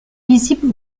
visible